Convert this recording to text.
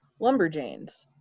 lumberjanes